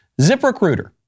ZipRecruiter